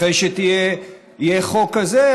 אחרי שיהיה חוק כזה,